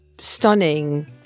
stunning